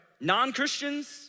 non-Christians